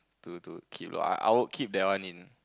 to to keep lah I would keep that one in